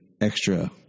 extra